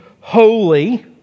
holy